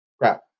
Crap